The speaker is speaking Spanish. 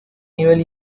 nivel